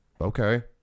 okay